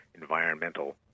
environmental